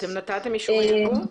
אתם נתתם אישור יבוא?